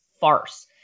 farce